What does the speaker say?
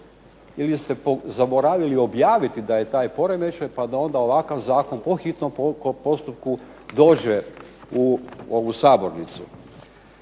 ili se zaboravili objaviti da je taj poremećaj pa da onda ovakav zakon po hitnom postupku dođe u ovu sabornicu.